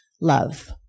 love